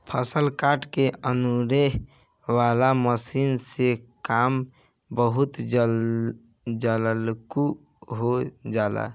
फसल काट के बांनेह वाला मशीन से काम बहुत हल्लुक हो जाला